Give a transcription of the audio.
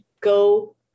go